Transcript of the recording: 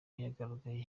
yagaragaye